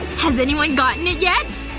has anyone gotten it yet?